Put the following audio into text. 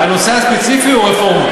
לא לא, הנושא הספציפי הוא רפורמה.